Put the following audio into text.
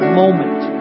moment